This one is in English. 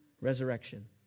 Resurrection